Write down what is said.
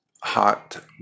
Hot